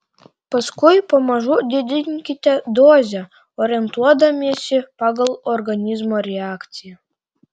paskui pamažu didinkite dozę orientuodamiesi pagal organizmo reakciją